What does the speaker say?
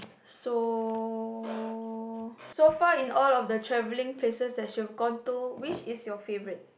so so far in all of the travelling places that you've gone to which is your favourite